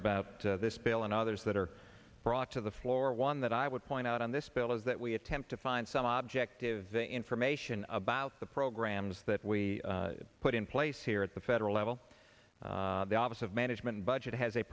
about this bill and others that are brought to the floor one that i would point out on this bill is that we attempt to find some objective information about the programs that we put in place here at the federal level the office of management budget has a